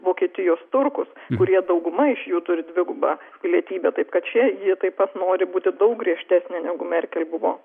vokietijos turkus kurie dauguma iš jų turi dvigubą pilietybę taip kad čia ji taip pat nori būti daug griežtesnė negu merkel buvo